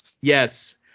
Yes